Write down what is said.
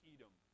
Edom